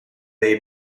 dei